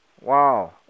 Wow